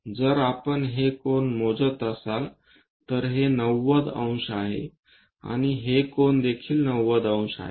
जर आपण हे कोन मोजत असाल तर हे 90 अंश आहे आणि हे कोन देखील 90 अंश आहे